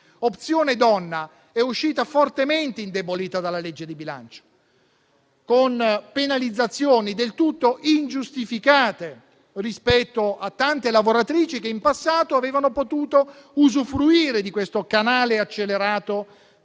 Opzione donna è uscita fortemente indebolita dalla legge di bilancio, con penalizzazioni del tutto ingiustificate, rispetto a tante lavoratrici che in passato avevano potuto usufruire di questo canale accelerato